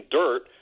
dirt